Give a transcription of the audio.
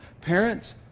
parents